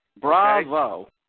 Bravo